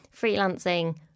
freelancing